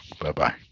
Bye-bye